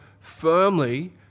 firmly